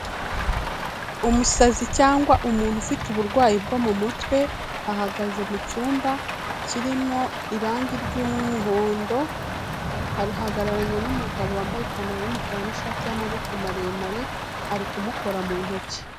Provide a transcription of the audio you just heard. Umusazi cyangwa umuntu ufite uburwayi bwo mu mutwe ahagaze mu cyumba kirimo irangi ry'umuhondo, arihagararanye n'umugabo wambaye ipantaro y'umukara n'ishati y'amaboko maremare ari kumukora mu ntoki.